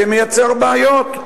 ומייצר בעיות.